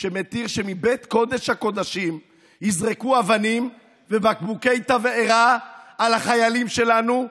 שמתיר שמבית קודש-הקודשים יזרקו אבנים ובקבוקי תבערה על החיילים שלנו,